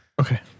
Okay